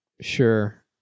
Sure